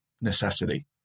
necessity